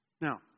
Now